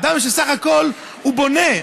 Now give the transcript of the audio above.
אדם שבסך הכול בונה,